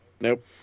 Nope